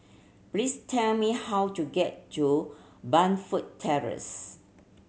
please tell me how to get to Burnfoot Terrace